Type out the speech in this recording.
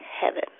Heaven